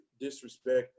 disrespect